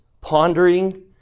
pondering